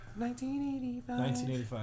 1985